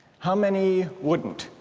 how many wouldn't?